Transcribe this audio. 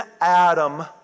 Adam